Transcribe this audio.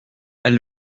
elle